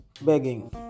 begging